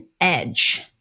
edge